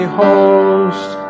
host